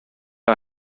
our